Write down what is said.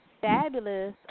fabulous